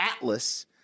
atlas